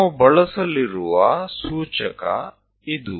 ನಾವು ಬಳಸಲಿರುವ ಸೂಚಕ ಇದು